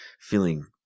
feeling